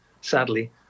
Sadly